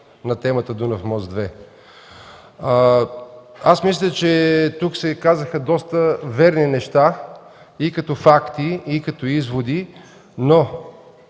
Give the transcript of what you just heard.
на темата „Дунав мост 2”. Аз мисля, че тук се казаха доста верни неща и като факти, и като изводи, но